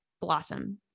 blossom